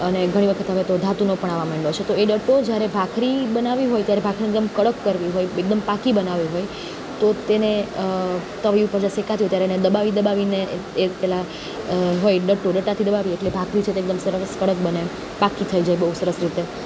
અને ઘણી વખત હવે તો ધાતુનો પણ આવા માંડ્યો છે તો એ ડટ્ટો જ્યારે ભાખરી બનાવી હોય ત્યારે ભાખરીને આમ કડક કરવી હોય એકદમ પાકી બનાવવી હોય તો તેને તવી ઉપર જ્યારે શેકાતી હોય ત્યારે દબાવી દબાવીને એ રીતે એ ડટ્ટાથી દબાવીએ તો જે ભાખરી છે તે એકદમ સરસ કડક બને પાકી થઈ જાય બહુ સરસ રીતે